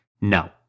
No